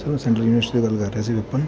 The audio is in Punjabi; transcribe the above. ਸਰ ਮੈ ਸੈਂਟਰਲ ਯੂਨੀਵਰਸਿਟੀ ਤੋਂ ਗੱਲ ਕਰ ਰਿਹਾ ਸੀ ਵਿਪਿਨ